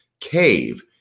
cave